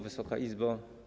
Wysoka Izbo!